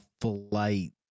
flight